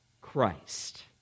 Christ